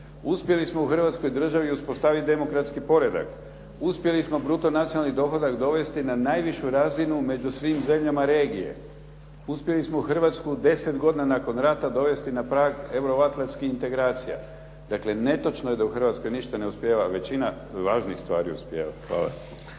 Uspjeli smo u Hrvatskoj državi uspostaviti demokratski poredak. Uspjeli smo bruto nacionalni dohodak dovesti na najvišu razinu među svim zemljama regije. Uspjeli smo Hrvatsku deset godina nakon rata dovesti na prag euro-atlanskih integracija. Dakle, netočno je da u Hrvatskoj ništa ne uspijeva, većina važnih stvari uspijeva. Hvala.